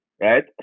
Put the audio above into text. right